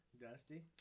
Dusty